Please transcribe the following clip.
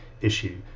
issue